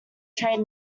trade